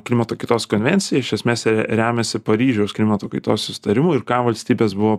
klimato kaitos konvencija iš esmės re remiasi paryžiaus klimato kaitos susitarimu ir ką valstybės buvo